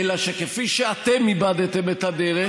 אלא שכפי שאתם איבדתם את הדרך,